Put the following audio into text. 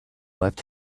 left